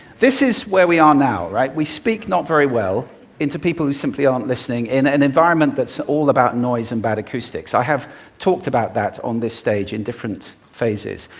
this is where we are now, right? we speak not very well to people who simply aren't listening in an environment that's all about noise and bad acoustics. i have talked about that on this stage in different phases.